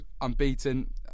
unbeaten